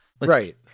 right